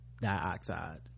dioxide